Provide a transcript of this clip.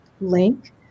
link